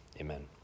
amen